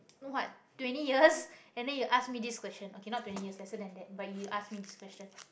what twenty years and then you ask me this question okay not twenty years lesser than that but you ask me this question